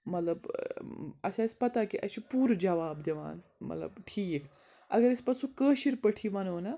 مطلب اَسہِ آسہِ پَتاہ کہِ اَسہِ چھُ پوٗرٕ جَواب دِوان مطلب ٹھیٖک اَگر أسۍ پَتہٕ سُہ کٲشِر پٲٹھی وَنو نہ